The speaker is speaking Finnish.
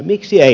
miksi ei